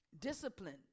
Discipline